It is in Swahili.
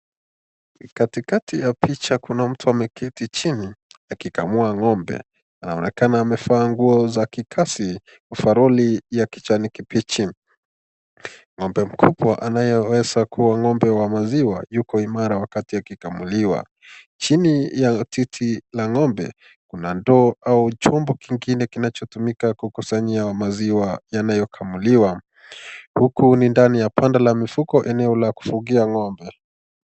Katikati ya picha kuna mtu ameketi chini akamua ng'ombe. Anaonekana amevaa nguo za kikazi za overall ya kijani kipichi. Ng'ombe mkubwa anayeweza kuwa ng'ombe wa maziwa yuko imara wakati akikamuliwa. Chini ya titi la ng'ombe kuna ndoo au chombo kingine kinachotumika kukusanyia maziwa yanayokamuliwa. Huku ni ndani ya banda la mifugo eneo la kufugia ng'ombe.